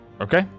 Okay